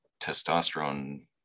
testosterone